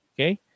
okay